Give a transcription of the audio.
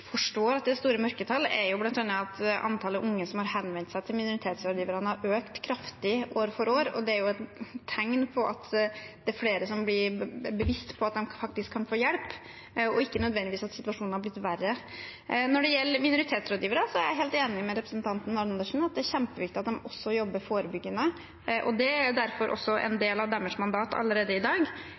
forstår at det er store mørketall, er bl.a. at antallet unge som har henvendt seg til minoritetsrådgiverne, har økt kraftig år for år. Det er et tegn på at det er flere som blir bevisste på at de faktisk kan få hjelp, og ikke nødvendigvis at situasjonen har blitt verre. Når det gjelder minoritetsrådgivere, er jeg helt enig med representanten Andersen i at det er kjempeviktig at de også jobber forebyggende, og det er derfor også en del av deres mandat allerede i dag.